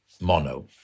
mono